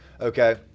Okay